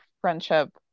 friendship